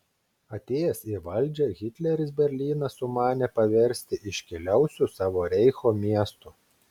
atėjęs į valdžią hitleris berlyną sumanė paversti iškiliausiu savo reicho miestu